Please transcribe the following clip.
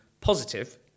positive